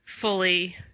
fully